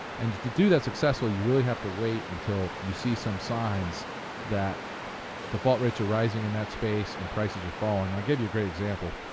and to do that successfully, you really have to wait until you see some signs that default rates are rising in that space and prices are falling and i'll give you a great example.